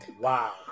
Wow